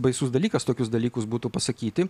baisus dalykas tokius dalykus būtų pasakyti